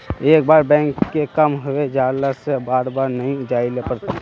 एक बार बैंक के काम होबे जाला से बार बार नहीं जाइले पड़ता?